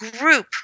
group